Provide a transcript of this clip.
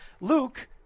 Luke